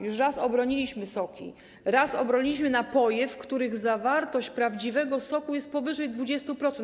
Już raz obroniliśmy soki, raz obroniliśmy napoje, w których zawartość prawdziwego soku jest powyżej 20%.